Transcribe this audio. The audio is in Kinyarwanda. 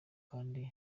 kandi